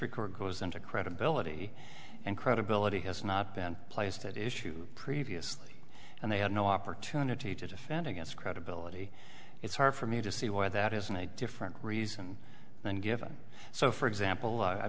district court goes into credibility and credibility has not been placed at issue previously and they had no opportunity to defend against credibility it's hard for me to see why that isn't a different reason than given so for example